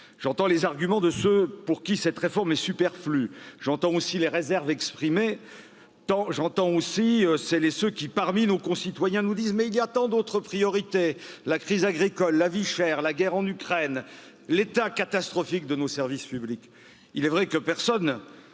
J'entends les arguments de ceux pour qui cette réforme est superflue. J'entends aussi les réserves exprimées J'entends aussi celle ceux qui, parmi nos concitoyens, nous disent qu'il y a tant d'autres priorités la crise agricole, la vie chère, la guerre en Ukraine, l'état de nos services publics.